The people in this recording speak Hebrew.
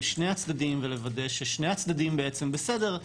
שני הצדדים ולוודא ששני הצדדים בסדר,